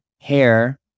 hair